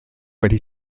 wedi